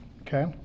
okay